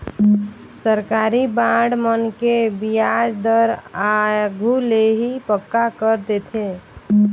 सरकारी बांड मन के बियाज दर आघु ले ही पक्का कर देथे